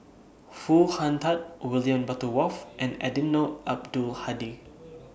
Foo Hong Tatt William Butterworth and Eddino Abdul Hadi